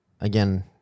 again